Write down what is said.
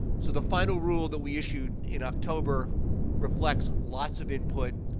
so, the final rule that we issued in october reflects lots of input,